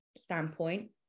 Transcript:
standpoint